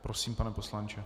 Prosím, pane poslanče.